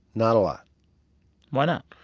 not a lot why not?